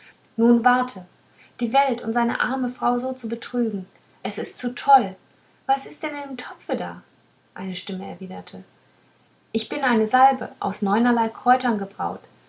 nun warte die welt und seine arme frau so zu betrügen es ist zu toll was ist denn in dem topfe da eine stimme erwiderte ich bin eine salbe aus neunerlei kräutern gebraut